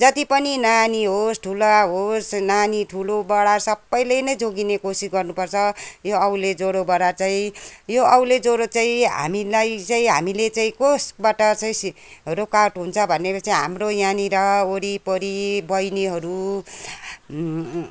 जति पनि नानी होस् ठुला होस् नानी ठुलोबडा सबैले नै जोगिने कोसिस गर्नुपर्छ यो औले ज्वरोबाट चाहिँ यो औले ज्वरो चाहिँ हामीलाई चाहिँ हामीले चाहिँ कोसबाट चाहिँ रोकावट हुन्छ भनेर चाहिँ हाम्रो यहाँनिर वरिपरि बैनीहरू